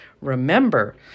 remember